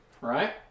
Right